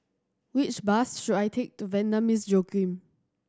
which bus should I take to Vanda Miss Joaquim